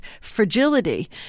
fragility